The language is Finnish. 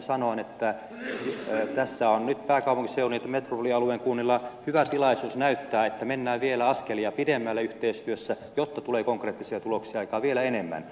niin kuin aikaisemmin sanoin tässä on nyt pääkaupunkiseudun ja metropolialueen kunnilla hyvä tilaisuus näyttää että mennään vielä askelia pidemmälle yhteistyössä jotta saadaan konkreettisia tuloksia aikaan vielä enemmän